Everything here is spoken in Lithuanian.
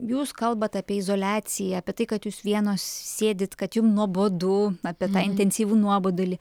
jūs kalbate apie izoliaciją apie tai kad jūs vienos sėdite kad jums nuobodu apie tą intensyvų nuobodulį